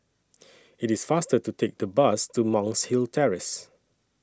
IT IS faster to Take The Bus to Monk's Hill Terrace